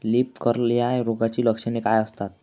Leaf curl या रोगाची लक्षणे काय असतात?